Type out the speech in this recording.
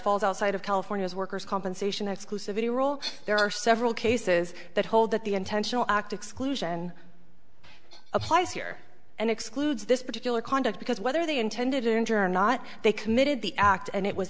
falls outside of california's worker's compensation exclusivity rule there are several cases that hold that the intentional act exclusion applies here and excludes this particular conduct because whether they intended to injure not they committed the act and it was